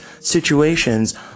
situations